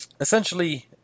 essentially